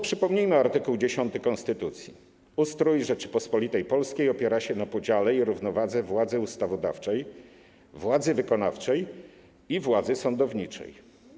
Przypomnijmy art. 10 konstytucji: Ustrój Rzeczypospolitej Polskiej opiera się na podziale i równowadze władzy ustawodawczej, władzy wykonawczej i władzy sądowniczej.